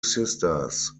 sisters